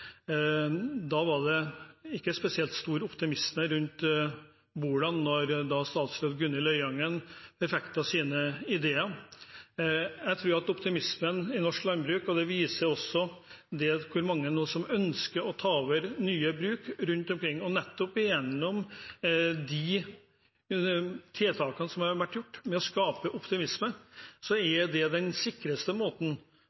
Da var det ikke spesielt stor optimisme rundt bordene når statsråd Gunhild Øyangen forfektet sine ideer. Jeg tror at optimismen i norsk landbruk nå også viser seg ved at det er mange som ønsker å ta over nye bruk rundt omkring, og nettopp de tiltakene som har vært gjort, skaper optimisme og er den sikreste måten for å